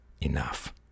enough